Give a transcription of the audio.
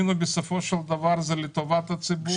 בסופו של דבר זה לטובת הציבור.